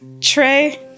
Trey